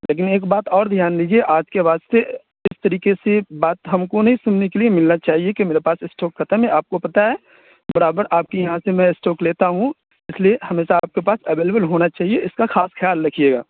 لیکن ایک بات اور دھیان دیجیے آج کے بعد سے اس طریقے سے بات ہم کو نہیں سننے کے لیے نہیں ملنا چاہیے کہ میرے پاس اسٹاک ختم ہے آپ کو پتہ ہے برابر آپ کے یہاں سے میں اسٹاک لیتا ہوں اس لیے ہمیشہ آپ کے پاس اویلیبل ہونا چاہیے اس کا خاص خیال رکھیے گا